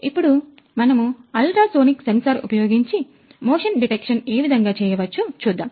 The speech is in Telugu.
ఇప్పుడు మనము అల్ట్రాసోనిక్ సెన్సార్ ఉపయోగించి మోషన్ డిటెక్షన్ ఏ విధంగా చేయవచ్చు చూద్దాం